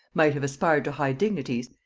might have aspired to high dignities,